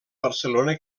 barcelona